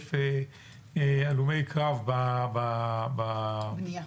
לשתף הלומי קרב -- בבנייה.